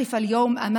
אחיי ואחיותיי היקרים.